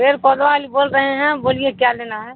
پیڑ پودا والے بول رہے ہیں بولیے کیا لینا ہے